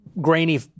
grainy